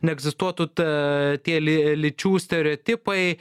neegzistuotų ta tie ly lyčių stereotipai